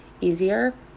easier